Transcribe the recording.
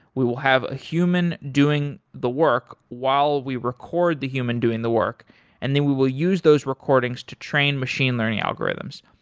we will have a human doing the work while we record the human doing the work and then we will use those recordings to train machine learning algorithms.